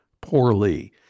poorly